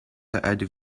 had